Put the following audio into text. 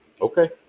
Okay